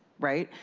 right?